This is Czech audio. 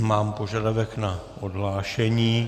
Mám požadavek na odhlášení.